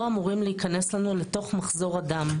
לא אמורים להיכנס לנו למחזור הדם.